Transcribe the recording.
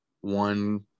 one